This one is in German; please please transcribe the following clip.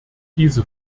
diese